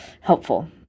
helpful